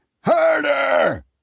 Harder